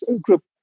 group